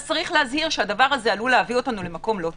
יש להזהיר שזה עלול להביא אותנו למקום לא טוב,